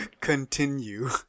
continue